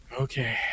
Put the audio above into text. Okay